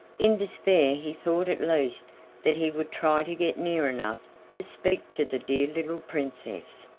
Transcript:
in despair he thought at least that he would try to get near enough to speak to the dear little princess,